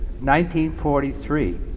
1943